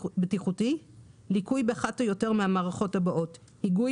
בטיחותי" ליקוי באחת או יותר מהמערכות הבאות: היגוי,